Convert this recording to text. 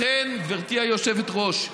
לכן, גברתי היושבת-ראש,